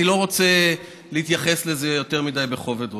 אני לא רוצה להתייחס לזה יותר מדי בכובד ראש.